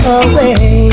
away